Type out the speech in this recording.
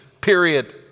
period